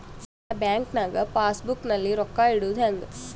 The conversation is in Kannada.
ನಾ ಬ್ಯಾಂಕ್ ನಾಗ ಪಾಸ್ ಬುಕ್ ನಲ್ಲಿ ರೊಕ್ಕ ಇಡುದು ಹ್ಯಾಂಗ್?